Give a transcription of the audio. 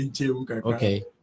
Okay